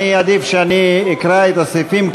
עדיף שאני אקרא את הסעיפים,